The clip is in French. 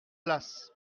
place